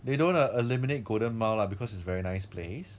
they don't err eliminate golden mile lah because it's very nice place